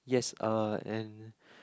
yes uh and